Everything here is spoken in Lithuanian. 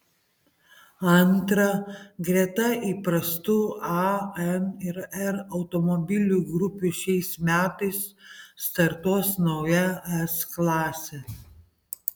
antra greta įprastų a n ir r automobilių grupių šiais metais startuos nauja s klasė